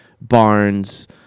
Barnes